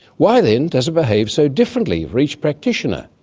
why then does it behave so differently for each practitioner?